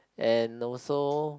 and also